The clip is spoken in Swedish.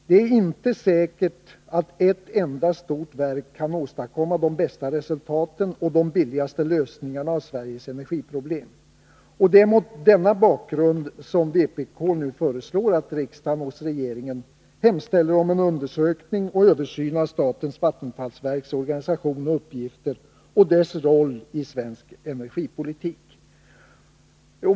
Det är inte säkert att ett enda stort verk kan åstadkomma de bästa resultaten och de billigaste lösningarna av Sveriges energiproblem. Det är mot denna bakgrund som vpk nu föreslår att riksdagen hos regeringen hemställer om en undersökning och en översyn av statens vattenfallsverks organisation och uppgifter och dess rolli svensk energipolitik.